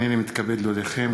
הנני מתכבד להודיעכם,